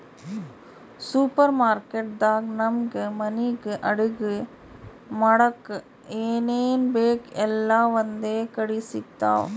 super market ದಾಗ್ ನಮ್ಗ್ ಮನಿಗ್ ಅಡಗಿ ಮಾಡಕ್ಕ್ ಏನೇನ್ ಬೇಕ್ ಎಲ್ಲಾ ಒಂದೇ ಕಡಿ ಸಿಗ್ತಾವ್